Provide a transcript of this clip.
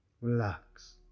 relax